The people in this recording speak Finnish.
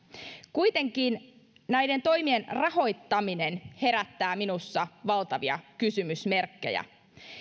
kuitenkin näiden toimien rahoittaminen herättää minussa valtavia kysymysmerkkejä